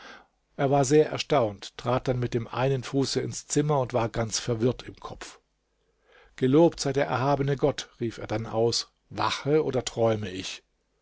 er war sehr erstaunt trat dann mit dem einen fuße ins zimmer und war ganz verwirrt im kopf gelobt sei der erhabene gott rief er dann aus wache oder träume ich